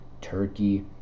turkey